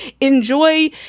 enjoy